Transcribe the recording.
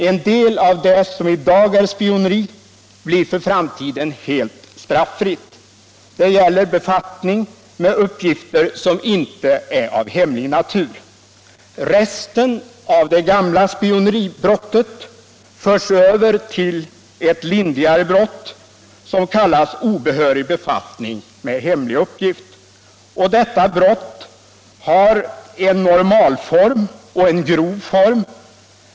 En del av det som i dag är spioneri blir för framtiden helt straffritt. Det gäller befattning med uppgifter som inte är av hemlig natur. Resten av det gamla spioneribrottet förs över till ett lindrigare brott som kallas obehörig befattning med hemlig uppgift. 'Detta brott har en normalform och en grov form.